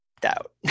doubt